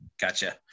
gotcha